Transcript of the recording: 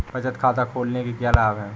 बचत खाता खोलने के क्या लाभ हैं?